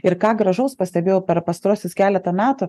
ir ką gražaus pastebėjau per pastaruosius keletą metų